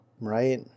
right